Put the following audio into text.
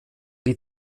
die